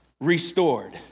restored